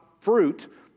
fruit